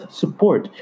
support